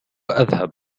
أذهب